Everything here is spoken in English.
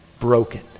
broken